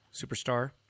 Superstar